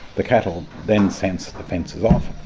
the cattle then sense the fence is off,